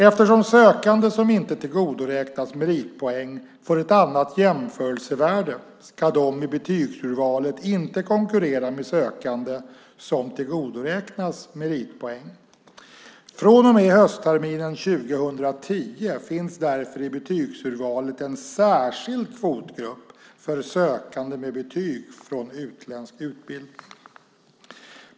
Eftersom sökande som inte tillgodoräknas meritpoäng får ett annat jämförelsevärde ska de i betygsurvalet inte konkurrera med sökande som tillgodoräknas meritpoäng. Från och med höstterminen 2010 finns därför i betygsurvalet en särskild kvotgrupp för sökande med betyg från utländsk utbildning.